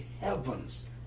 heavens